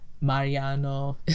Mariano